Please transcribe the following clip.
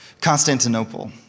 Constantinople